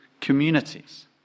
communities